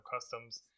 customs